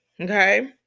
okay